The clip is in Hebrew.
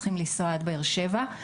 צריך לנסוע עד באר שבע.